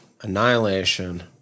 Annihilation